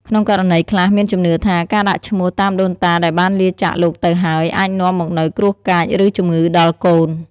ក្នុងករណីខ្លះ មានជំនឿថា ការដាក់ឈ្មោះតាមដូនតាដែលបានលាចាកលោកទៅហើយ អាចនាំមកនូវគ្រោះកាច ឬជំងឺដល់កូន។